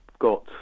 got